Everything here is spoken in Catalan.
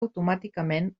automàticament